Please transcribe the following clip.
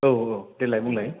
औ औ देलाय बुंलाय